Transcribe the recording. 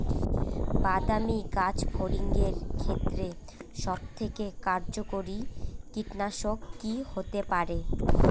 বাদামী গাছফড়িঙের ক্ষেত্রে সবথেকে কার্যকরী কীটনাশক কি হতে পারে?